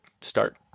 start